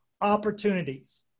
opportunities